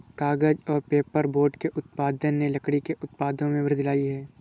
कागज़ और पेपरबोर्ड के उत्पादन ने लकड़ी के उत्पादों में वृद्धि लायी है